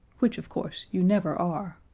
which, of course, you never are.